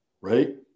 right